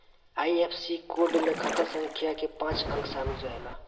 IFSC code में खाता संख्या कअ पांच अंक शामिल रहेला